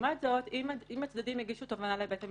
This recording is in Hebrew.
לעומת זאת, אם הצדדים הגישו תובענה לבית המשפט,